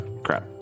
crap